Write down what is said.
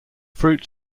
fruit